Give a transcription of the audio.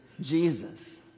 Jesus